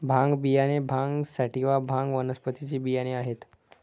भांग बियाणे भांग सॅटिवा, भांग वनस्पतीचे बियाणे आहेत